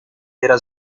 era